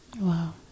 Wow